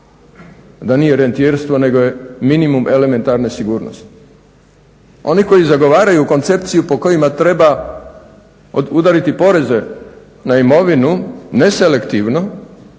da nije rentijerstvo nego je minimum elementarne sigurnosti. Oni koji zagovaraju koncepciju po kojima treba udariti poreze na imovinu neselektivno